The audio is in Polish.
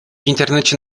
internecie